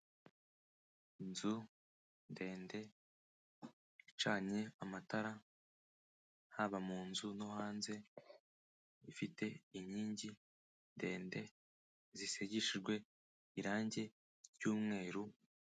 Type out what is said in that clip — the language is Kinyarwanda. Inzu ndende icanye amatara haba mu nzu no hanze, ifite inkingi ndende zisigishijwe irangi ry'umweru...